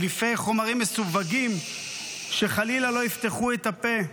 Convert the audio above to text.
מדליפי חומרים מסווגים שחלילה לא יפתחו את הפה.